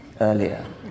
earlier